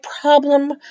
problem